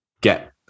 get